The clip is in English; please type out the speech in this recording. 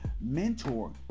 mentor